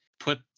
put